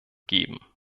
geben